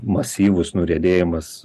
masyvus nuriedėjimas